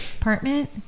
Apartment